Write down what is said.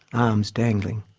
arms dangling.